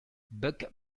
buck